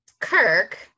Kirk